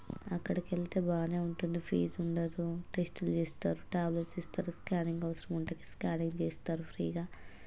అక్కడకెళ్తే బానే ఉంటుంది ఫీజుండదు టెస్ట్ తీస్తారు ట్యాబ్లెట్స్ ఇస్తరు స్కానింగ్ అవసరముంటే స్కానింగ్ తీస్తారు ఫ్రీగా